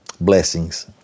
blessings